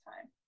time